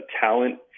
talent